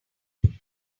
angela